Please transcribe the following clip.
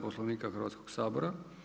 Poslovnika Hrvatskog sabora.